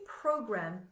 program